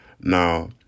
Now